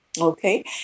okay